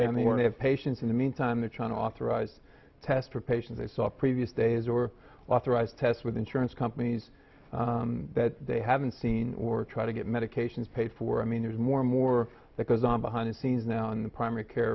to have patients in the meantime they're trying to authorize test for patients they saw previous days or authorize tests with insurance companies that they haven't seen or try to get medications paid for i mean there's more and more that goes on behind the scenes now in the primary care